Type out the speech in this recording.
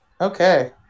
Okay